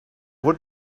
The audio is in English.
what